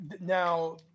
Now